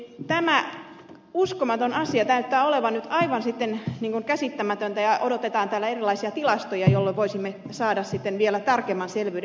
tämä uskomaton asia näyttää olevan nyt aivan käsittämätöntä ja täällä odotetaan erilaisia tilastoja jolloin voisimme saada sitten vielä tarkemman selvyyden